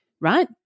right